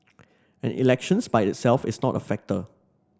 and elections by itself is not a factor